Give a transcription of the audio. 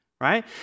right